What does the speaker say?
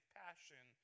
passion